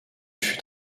fut